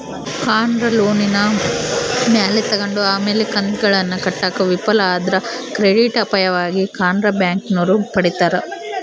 ಕಾರ್ನ ಲೋನಿನ ಮ್ಯಾಲೆ ತಗಂಡು ಆಮೇಲೆ ಕಂತುಗುಳ್ನ ಕಟ್ಟಾಕ ವಿಫಲ ಆದ್ರ ಕ್ರೆಡಿಟ್ ಅಪಾಯವಾಗಿ ಕಾರ್ನ ಬ್ಯಾಂಕಿನೋರು ಪಡೀತಾರ